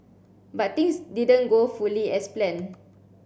but things didn't go fully as planned